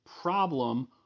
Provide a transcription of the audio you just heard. problem